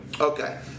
Okay